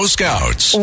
Scouts